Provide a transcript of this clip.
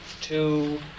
two